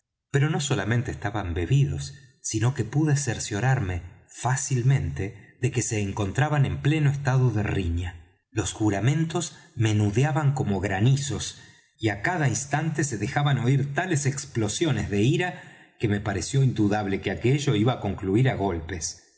pero no solamente estaban bebidos sino que pude cerciorarme fácilmente de que se encontraban en pleno estado de riña los juramentos menudeaban como granizos y á cada instante se dejaban oir tales explosiones de ira que me pareció indudable que aquello iba á concluir á golpes